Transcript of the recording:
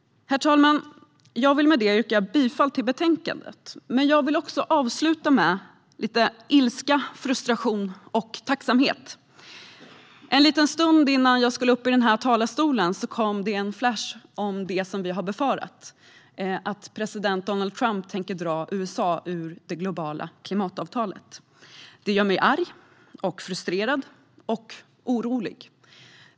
Herr talman! Jag vill med detta yrka bifall till förslaget i betänkandet. Men jag vill också avsluta med lite ilska, frustration och tacksamhet. En stund innan jag skulle upp i talarstolen kom en flash om det vi har befarat, nämligen att president Donald Trump tänker dra USA ur det globala klimatavtalet. Det gör mig arg, frustrerad och orolig.